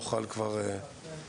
נוכל לקדם את הנושא של הקנסות המנהליים.